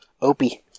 Opie